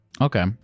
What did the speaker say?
Okay